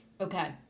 Okay